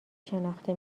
شناخته